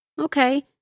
okay